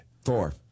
Four